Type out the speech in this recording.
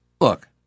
Look